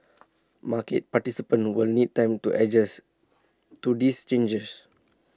market participants will need time to adjust to these changes